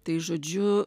tai žodžiu